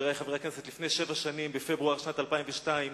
בפברואר שנת 2002,